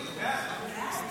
נתקבלו.